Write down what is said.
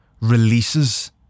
releases